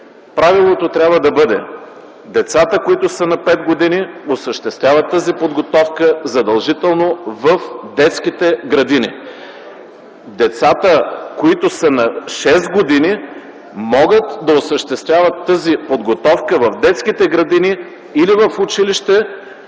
Правилото трябва да бъде: „Децата, които са на пет години, осъществяват тази подготовка задължително в детските градини. Децата, които са на шест години, могат да осъществяват тази подготовка в детските градини или в училище,